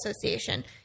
Association